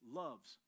loves